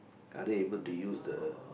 are they able to use the